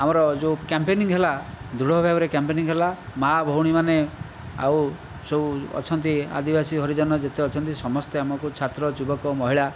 ଆମର ଯେଉଁ କ୍ୟାମ୍ପେନିଂ ହେଲା ଦୃଢ଼ଭାବରେ କ୍ୟାମ୍ପେନିଂ ହେଲା ମା' ଭଉଣୀମାନେ ଆଉ ସବୁ ଅଛନ୍ତି ଆଦିବାସୀ ହରିଜନ ଯେତେ ଅଛନ୍ତି ସମସ୍ତେ ଆମକୁ ଛାତ୍ର ଯୁବକ ମହିଳା